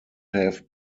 have